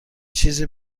چیزی